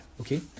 Okay